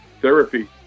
therapy